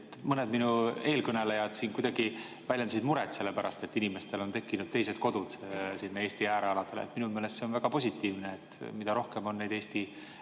Mõned minu eelkõnelejad siin kuidagi väljendasid muret sellepärast, et inimestel on tekkinud teised kodud Eesti äärealadele. Minu meelest see on väga positiivne. Mida rohkem on neid Eesti